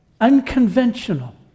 unconventional